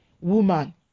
Woman